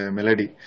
Melody